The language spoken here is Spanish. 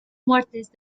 muertes